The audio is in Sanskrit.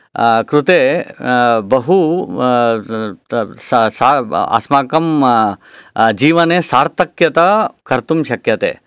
कृते बहु स स सा अस्माकं जीवने सार्थक्यता कर्तुं शक्यते